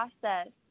process